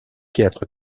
théâtre